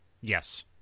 Yes